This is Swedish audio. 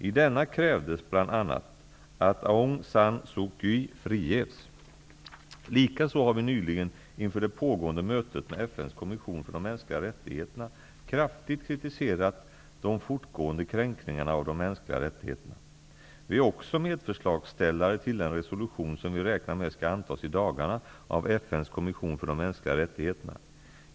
I denna krävdes bl.a. att Aung San Suu Likaså har vi nyligen inför det pågående mötet med FN:s kommission för de mänskliga rättigheterna kraftigt kritiserat de fortgående kränkningarna av de mänskliga rättigheterna. Vi är också medförslagsställare till den resolution som vi räknar med skall antas i dagarna av FN:s kommission för de mänskliga rättigheterna.